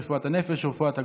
רפואת הנפש ורפואת הגוף,